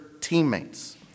teammates